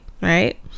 right